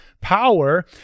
power